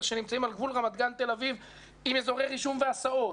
שנמצאים על גבול רמת גן-תל אביב עם אזורי רישום והסעות.